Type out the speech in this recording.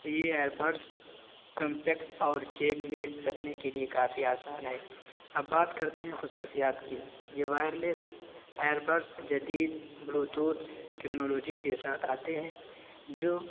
یہ earbuds compact اور جیب میں رکھنے کے لیے کافی آسان ہے اب بات کرتے ہیں خصوصیات کی یہ وائرلیس ایربرس جدید بلوٹوتھس ٹکنالوجی کے ساتھ آتے ہیں جو